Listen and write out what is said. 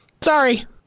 Sorry